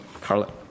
Carla